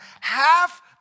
half